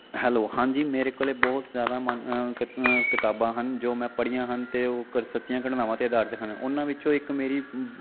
hello ਹਾਂ ਜੀ ਮੇਰੇ ਕੋਲ ਬਹੁਤ ਜ਼ਿਆਦਾ ਕਿਤਾਬਾਂ ਹਨ ਜੋ ਮੈਂ ਪੜ੍ਹੀਆਂ ਹਨ ਅਤੇ ਉਹ ਕਰ ਸੱਚੀਆਂ ਘਟਨਾਵਾਂ 'ਤੇ ਅਧਾਰਿਤ ਹਨ ਉਹਨਾਂ ਵਿੱਚੋਂ ਇੱਕ ਮੇਰੀ